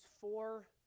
four